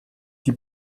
die